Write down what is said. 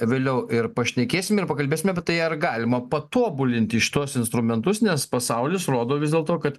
vėliau ir pašnekėsie ir pakalbėsim apie tai ar galima patobulinti šituos instrumentus nes pasaulis rodo vis dėl to kad